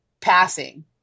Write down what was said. passing